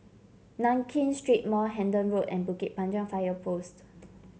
Nankin Street Mall Hendon Road and Bukit Panjang Fire Post